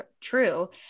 true